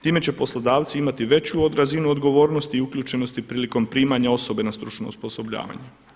Time će poslodavci imati veću razinu odgovornosti i uključenosti prilikom primanja osobe na stručno osposobljavanje.